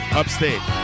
upstate